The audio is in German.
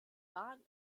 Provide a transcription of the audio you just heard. bahn